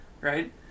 Right